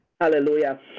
Hallelujah